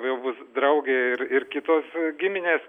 jau bus draugė ir ir kitos giminės